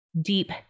deep